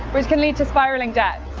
which can lead to spiraling debts.